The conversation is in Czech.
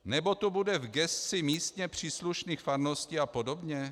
Nebo to bude v gesci místně příslušných farností a podobně?